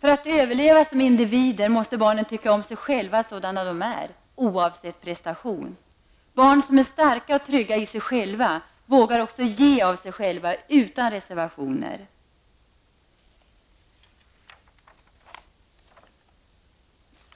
För att överleva som individer måste barnen tycka om sig själva sådana de är oavsett prestation. Barn som är starka och trygga i sig själva vågar också ge av sig själva utan reservationer.